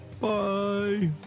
Bye